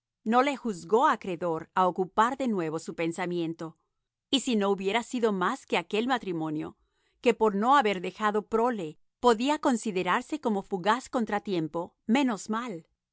no le juzgó acreedor a ocupar de nuevo su pensamiento y si no hubiera sido más que aquel matrimonio que por no haber dejado prole podía considerarse como fugaz contratiempo menos mal